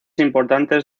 importantes